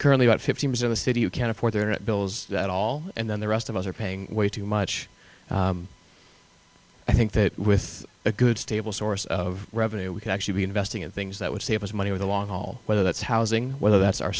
currently about fifty miles of a city who can't afford their bills at all and then the rest of us are paying way too much i think that with a good stable source of revenue we could actually be investing in things that would save us money over the long haul whether that's housing whether that's our